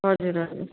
हजुर हजुर